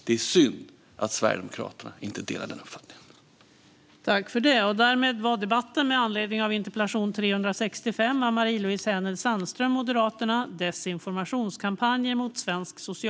Det är synd att Sverigedemokraterna inte delar den uppfattningen.